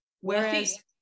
Whereas